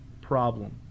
problem